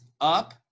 up